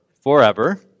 forever